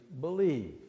believe